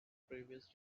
previous